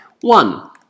One